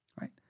right